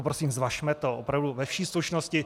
Prosím, zvažme to opravdu ve vší slušnosti.